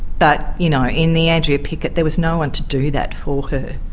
but, you know, in the andrea pickett, there was no one to do that for her.